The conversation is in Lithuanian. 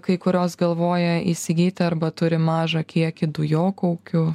kai kurios galvoja įsigyti arba turi mažą kiekį dujokaukių